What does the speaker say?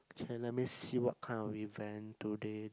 K then let me see what kind of event do they